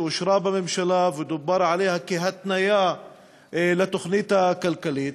שאושרה בממשלה ודובר עליה כהתניה לתוכנית הכלכלית.